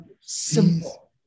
simple